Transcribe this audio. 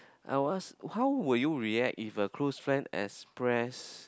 I would ask how would you react if a close friend express